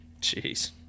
Jeez